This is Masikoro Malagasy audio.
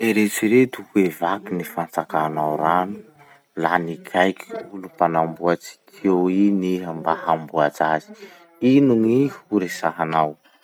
Eritsereto hoe vaky gny fantsakanao rano, la nikaiky olo mpanamboatsy tuyaux iny iha mba hanamboatsy azy. Ino gny ho resahanao?